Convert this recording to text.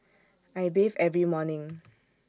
I bathe every morning